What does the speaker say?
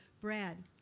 Brad